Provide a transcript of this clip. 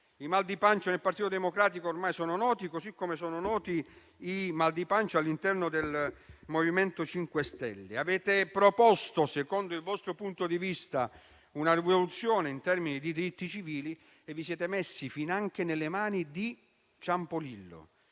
i mal di pancia nel Partito Democratico ormai sono noti, così come sono noti i mal di pancia all'interno del MoVimento 5 Stelle. Avete proposto, secondo il vostro punto di vista, una rivoluzione in termini di diritti civili e vi siete messi finanche nelle mani di Ciampolillo.